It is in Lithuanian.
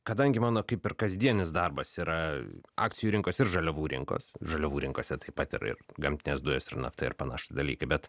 kadangi mano kaip ir kasdienis darbas yra akcijų rinkos ir žaliavų rinkos žaliavų rinkose taip pat ir ir gamtinės dujos ir nafta ir panašūs dalykai bet